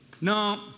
No